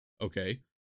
Okay